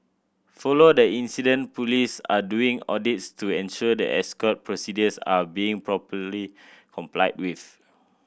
follow the incident police are doing audits to ensure that escort procedures are being properly complied with